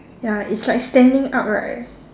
ya it's like standing up right